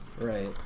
Right